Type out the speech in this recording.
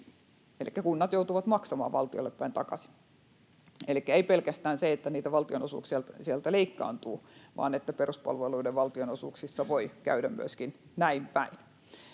elikkä kunnat joutuvat maksamaan valtiolle päin takaisin — elikkä ei pelkästään niin, että niitä valtionosuuksia sieltä leikkaantuu, vaan että peruspalveluiden valtionosuuksissa voi käydä myöskin näin päin.